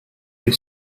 you